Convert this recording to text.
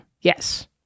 Yes